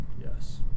Yes